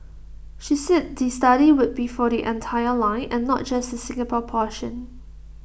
she said the study would be for the entire line and not just the Singapore portion